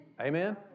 Amen